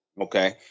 Okay